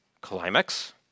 climax